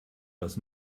das